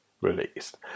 released